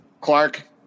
Clark